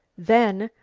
then,